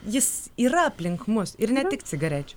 jis yra aplink mus ir ne tik cigarečių